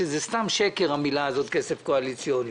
זה סתם קשר המילים "כסף קואליציוני".